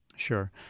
Sure